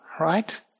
right